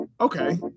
Okay